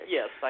Yes